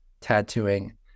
tattooing